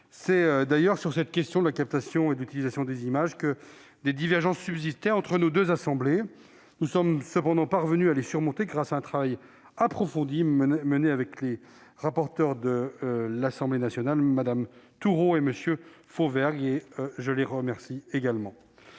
C'est surtout sur la question de la captation et de l'utilisation des images que des divergences subsistaient entre nos deux assemblées. Nous sommes cependant parvenus à les surmonter grâce au travail approfondi mené avec les rapporteurs de l'Assemblée nationale, Mme Thourot et M. Fauvergue, que je remercie également.